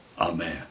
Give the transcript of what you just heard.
Amen